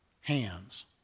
hands